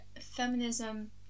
feminism